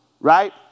Right